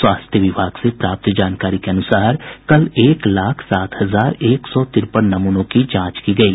स्वास्थ्य विभाग से प्राप्त जानकारी के अनुसार कल एक लाख सात हजार एक सौ तिरपन नमूनों की जांच की गयी